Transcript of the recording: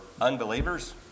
unbelievers